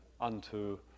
unto